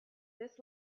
this